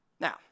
now